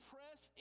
Press